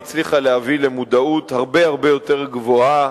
והצליחה להביא למודעות הרבה הרבה יותר גבוהה